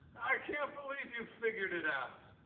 i can't believe you figured it out.